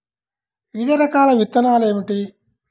వివిధ రకాల విత్తనాలు ఏమిటి?